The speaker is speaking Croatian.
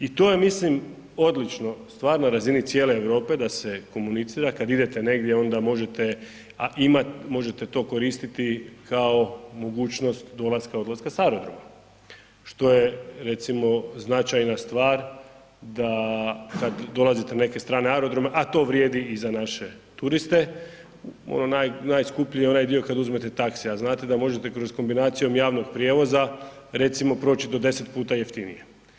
I to je mislim odlična stvar na razini cijele Europe da se komunicira, kad idete negdje onda možete imati, možete to koristiti kao mogućnost dolaska, odlaska sa aerodroma što je recimo značajna stvar da kad dolazite na neke strane aerodrome a to vrijedi i za naše turiste, onaj najskuplji je dio kad uzmete taxi a znate da možete kroz kombinaciju javnog prijevoza recimo proći do 10 puta jeftinije.